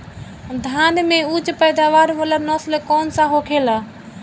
धान में उच्च पैदावार वाला नस्ल कौन सा होखेला?